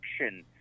action